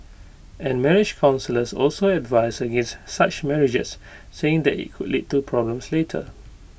and marriage counsellors also advise against such marriages saying that IT could lead to problems later